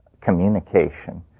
communication